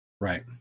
Right